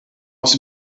aus